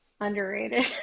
Underrated